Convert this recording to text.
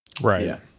right